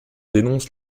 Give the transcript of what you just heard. dénonce